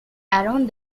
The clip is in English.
around